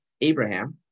Abraham